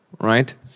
right